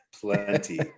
plenty